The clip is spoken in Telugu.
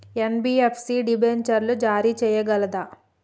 ఎన్.బి.ఎఫ్.సి డిబెంచర్లు జారీ చేయగలదా?